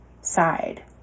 side